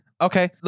Okay